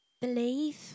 Believe